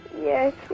Yes